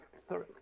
sorry